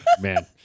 Man